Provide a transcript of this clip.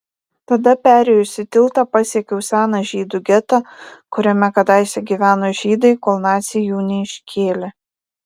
tada perėjusi tiltą pasiekiau seną žydų getą kuriame kadaise gyveno žydai kol naciai jų neiškėlė